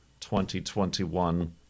2021